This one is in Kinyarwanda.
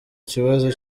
kibazo